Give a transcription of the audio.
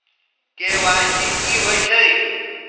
KYC की होय छै?